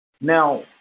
Now